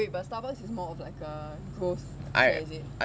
wait but the starbucks is more of like a growth share is it